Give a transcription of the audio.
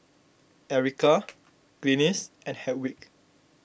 Erika Glynis and Hedwig